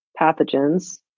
pathogens